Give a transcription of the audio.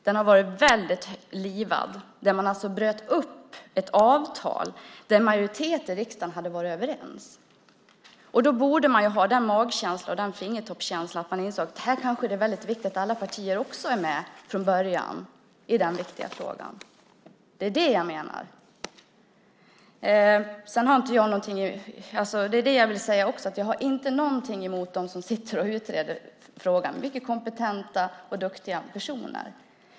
Den har varit väldigt livad. Man bröt alltså upp ett avtal som en majoritet i riksdagen hade varit överens om. Då borde man ha den magkänslan och den fingertoppskänslan att man insåg att det kanske var viktigt att alla partier var med från början. Det är det jag menar. Jag har inte någonting emot dem som utreder frågan. De är mycket kompetenta och duktiga personer.